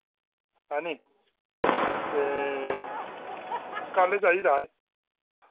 हैन्नी ते कल चाहिदा एह्